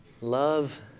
Love